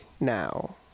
now